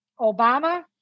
Obama